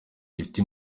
gifite